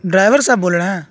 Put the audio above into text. driver صاحب بول رہے ہیں